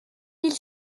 mille